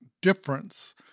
difference